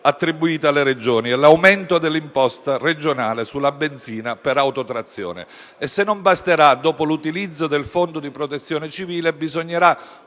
attribuite alle Regioni e l'aumento dell'imposta regionale sulla benzina per autotrazione. E se non basterà, dopo l'utilizzo del fondo di protezione civile, bisognerà